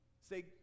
Say